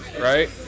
right